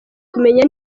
kumenya